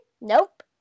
Nope